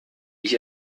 ich